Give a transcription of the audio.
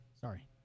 Sorry